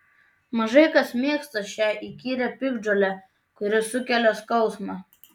mažai kas mėgsta šią įkyrią piktžolę kuri sukelia skausmą